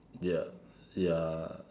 ya ya